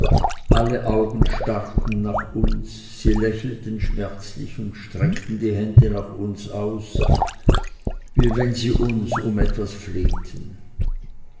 alle augen starrten nach uns sie lächelten schmerzlich und streckten die hände nach uns aus wie wenn sie uns um etwas flehten